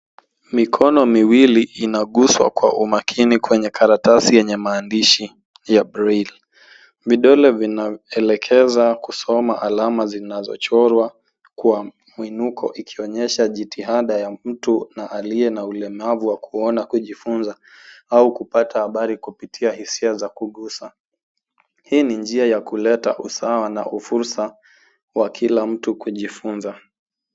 Mikono miwili inaguswa kwa umakini kwenye karatasi yenye maandishi ya braille. Vidole vinaelekeza kusoma alama zinazochorwa kwa mwinuko; ikionyesha jitihada ya mtu na aliye na ulemavu wa kuona kujifunza au kupata habari kupitia hisia za kugusa. Hii ni njia ya kuleta usawa na ufursa wa kila mtu kujifunza.